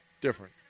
different